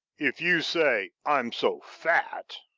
if you say i'm so fat,